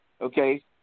okay